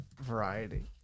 variety